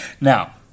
Now